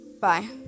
Bye